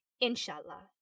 Inshallah